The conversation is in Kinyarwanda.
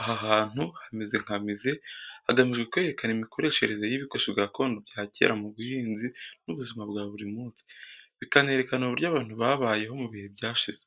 Aha hantu hameze nka museum hagamijwe kwerekana imikoreshereze y'ibikoresho gakondo bya kera mu buhinzi n'ubuzima bwa buri munsi, bikanerekana uburyo abantu babayeho mu bihe byashize.